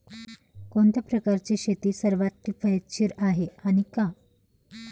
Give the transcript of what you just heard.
कोणत्या प्रकारची शेती सर्वात किफायतशीर आहे आणि का?